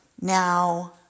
Now